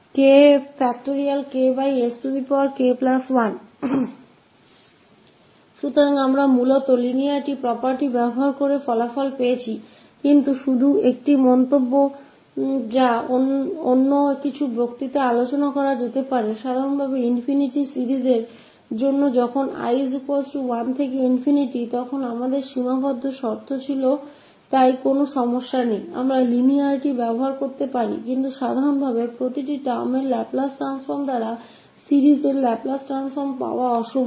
तो हम मूल रूप से परिणाम मिला बस linearity property का उपयोग कर लेकिन सिर्फ एक टिप्पणी जो कुछ अन्य व्याख्यान में चर्चा की जा सकती है कि सामान्य रूप में अनंत श्रृंखला के लिए बहुत जब 𝑖 1 अनंत को यहाँ हम finite संदर्भ था इसलिए कोई समस्या नहीं है कि हम रैखिकता का उपयोग कर सकते हैं लेकिन सामान्य तौर पर लैपलेस ट्रांसफॉर्म टर्म को टर्म से ले कर श्रृंखला के लैपलेस ट्रांसफॉर्म को प्राप्त करना संभव नहीं है